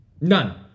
none